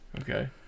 okay